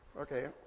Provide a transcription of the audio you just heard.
Okay